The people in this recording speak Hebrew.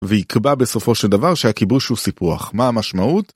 ויקבע בסופו של דבר שהכיבוש הוא סיפוח. מה המשמעות?